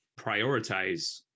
prioritize